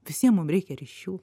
visiem mum reikia ryšių